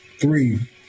three